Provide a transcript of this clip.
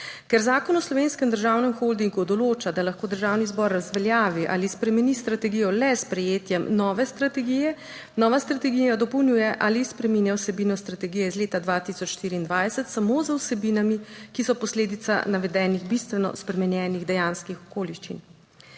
Ker Zakon o Slovenskem državnem holdingu določa, da lahko Državni zbor razveljavi ali spremeni strategijo le s sprejetjem nove strategije., nova strategija dopolnjuje ali spreminja vsebino strategije iz leta 2024 samo z vsebinami, ki so posledica navedenih bistveno spremenjenih dejanskih okoliščin.